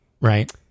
right